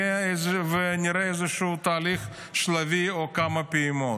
ונראה איזשהו תהליך שלבי או כמה פעימות.